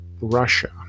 Russia